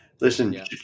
Listen